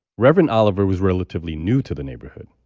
reverend oliver was relatively new to the neighborhood,